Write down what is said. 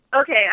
Okay